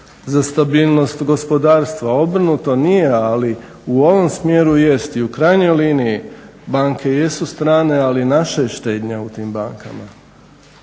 za stabilnost gospodarstva, obrnuto nije ali u ovom smjeru jesti i u krajnjoj liniji banke jesu strane, ali naša je štednja u tim bankama.